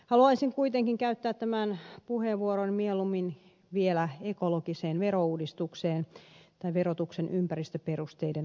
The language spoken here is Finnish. haluaisin kuitenkin käyttää tämän puheenvuoron mieluummin vielä ekologisesta verouudistuksesta tai verotuksen ympäristöperusteiden laajentamisesta